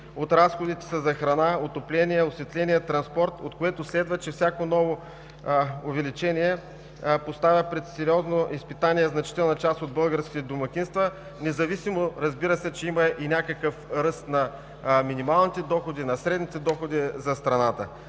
от разходите са за храна, отопление, осветление, транспорт, от което следва, че всяко ново увеличение поставя пред сериозно изпитание значителна част от българските домакинства, независимо, разбира се, че има някакъв ръст на минималните доходи и на средните доходи за страната.